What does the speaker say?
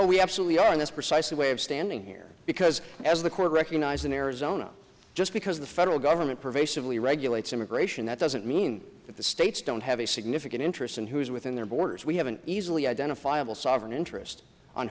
we absolutely are in this precise way of standing here because as the court recognized in arizona just because the federal government pervasively regulates immigration that doesn't mean that the states don't have a significant interest in who is within their borders we have an easily identifiable sovereign interest on